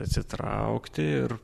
atsitraukti ir